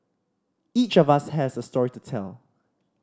each of us has a story to tell